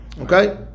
Okay